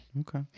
Okay